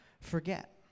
forget